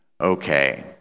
okay